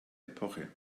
epoche